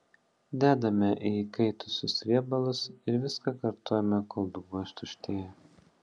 dedame į įkaitusius riebalus ir viską kartojame kol dubuo ištuštėja